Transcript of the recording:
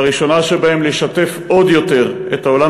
והראשונה שבהן היא לשתף עוד יותר את העולם